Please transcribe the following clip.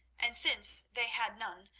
and, since they had none,